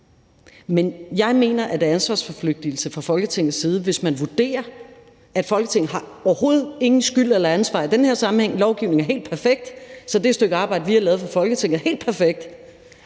Men jeg mener, at det er ansvarsforflygtigelse fra Folketingets side, hvis man vurderer, at Folketinget overhovedet ingen skyld eller ansvar har i den her sammenhæng, at lovgivningen er helt perfekt, så det stykke arbejde, vi har lavet fra Folketingets side, er helt perfekt,